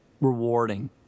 rewarding